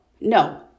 No